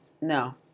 No